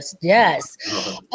Yes